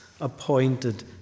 appointed